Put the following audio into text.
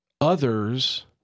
others